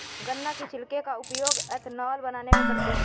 गन्ना के छिलके का उपयोग एथेनॉल बनाने में करते हैं